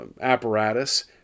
apparatus